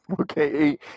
Okay